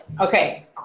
Okay